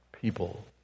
people